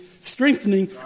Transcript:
strengthening